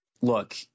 look